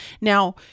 Now